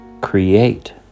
create